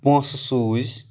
پونٛسہٕ سوٗزۍ